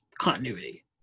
continuity